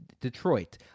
Detroit